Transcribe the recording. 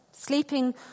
sleeping